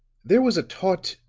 there was a taut,